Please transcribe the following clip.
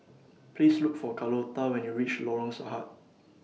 Please Look For Carlota when YOU REACH Lorong Sarhad